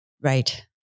Right